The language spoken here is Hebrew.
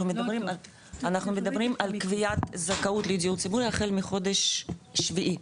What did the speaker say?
אנחנו מדברים על קביעת זכאות לדיור ציבורי החל מחודש שביעי,